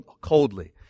coldly